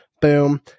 Boom